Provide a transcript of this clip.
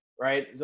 right